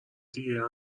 دیگه